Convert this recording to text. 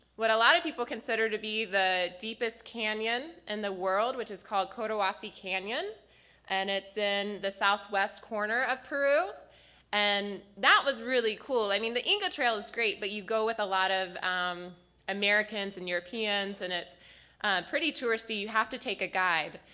what a lot of people consider to be the deepest canyon in the world, which is called cotahuasi canyon and it's in the southwest corner of peru and that was really cool i mean the inca trail is great but you go with a lot of um americans and europeans and it's pretty touristy, you have to take a guide.